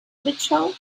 mitchell